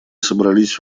собрались